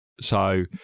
So-